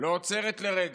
לא עוצרת לרגע.